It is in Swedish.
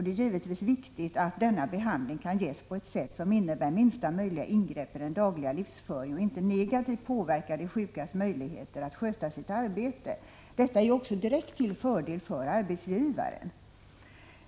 Det är givetvis viktigt att denna behandling kan ges på ett sätt som innebär minsta möjliga ingrepp i den dagliga livsföringen och som inte negativt påverkar de sjukas möjligheter att sköta sitt arbete. Detta är också till direkt fördel för arbetsgivaren.